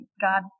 God